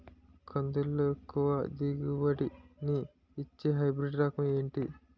కందుల లో ఎక్కువ దిగుబడి ని ఇచ్చే హైబ్రిడ్ రకం ఏంటి?